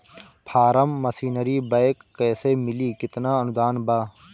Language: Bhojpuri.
फारम मशीनरी बैक कैसे मिली कितना अनुदान बा?